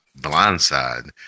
blindside